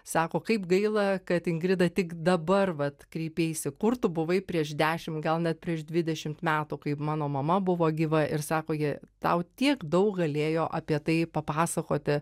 sako kaip gaila kad ingrida tik dabar vat kreipeisi kur tu buvai prieš dešim gal net prieš dvidešimt metų kai mano mama buvo gyva ir sako ji tau tiek daug galėjo apie tai papasakoti